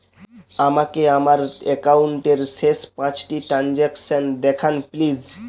আমাকে আমার একাউন্টের শেষ পাঁচটি ট্রানজ্যাকসন দেখান প্লিজ